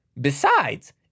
Besides